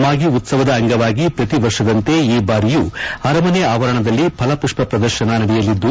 ಮಾಗಿ ಉತ್ಸವದ ಅಂಗವಾಗಿ ಪ್ರತಿ ವರ್ಷದಂತೆ ಈ ಬಾರಿಯೂ ಅರಮನೆ ಅವರಣದಲ್ಲಿ ಫಲಪುಪ್ಪ ಪ್ರದರ್ಶನ ನಡೆಯಲಿದ್ದು